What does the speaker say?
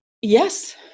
yes